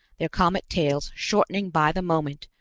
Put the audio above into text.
their comet-tails shortening by the moment,